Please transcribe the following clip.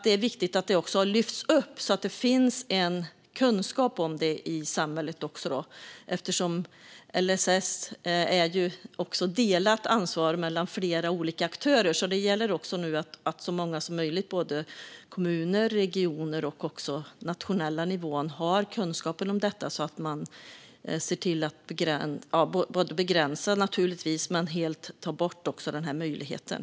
Det är viktigt att det här lyfts upp så att det finns en kunskap i samhället. LSS är ju ett delat ansvar mellan flera olika aktörer. Det gäller därför att så många som möjligt inom kommuner, regioner och på nationell nivå har kunskap om detta så att man ser till att naturligtvis begränsa men också helt ta bort den här möjligheten.